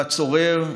והצורר,